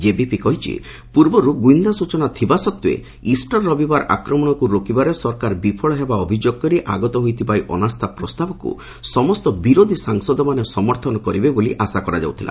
JVP କହିଛି ପୂର୍ବରୁ ଗୁଇନ୍ଦା ସୂଚନା ଥିବା ସତ୍ତ୍ୱେ ଇଷର୍ ରବିବାର ଆକ୍ରମଣକୁ ରୋକିବାରେ ସରକାର ବିଫଳ ହେବା ଅଭିଯୋଗ କରି ଆଗତ ହୋଇଥିବା ଏହି ଅନାସ୍ଥାପ୍ରସ୍ତାବକୁ ସମସ୍ତ ବିରୋଧୀ ସାଂସଦମାନେ ସମର୍ଥନ କରିବେ ବୋଲି ଆଶା କରାଯାଉଥିଲା